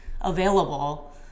available